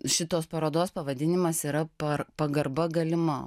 šitos parodos pavadinimas yra par pagarba galima